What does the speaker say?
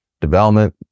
development